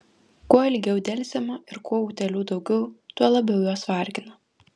kuo ilgiau delsiama ir kuo utėlių daugiau tuo labiau jos vargina